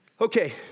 Okay